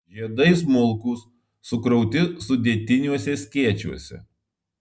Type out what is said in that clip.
žiedai smulkūs sukrauti sudėtiniuose skėčiuose